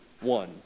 one